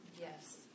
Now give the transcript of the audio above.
Yes